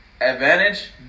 advantage